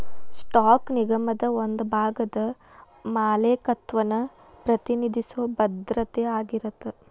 stock ನಿಗಮದ ಒಂದ ಭಾಗದ ಮಾಲೇಕತ್ವನ ಪ್ರತಿನಿಧಿಸೊ ಭದ್ರತೆ ಆಗಿರತ್ತ